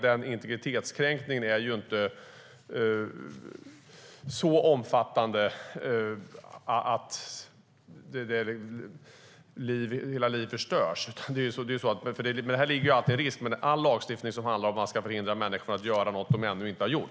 Den integritetskränkningen är ju inte så omfattande att hela livet förstörs. Det finns en sådan risk med all lagstiftning som handlar om att hindra människor från att göra något som de ännu inte har gjort.